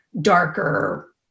darker